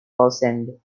wallsend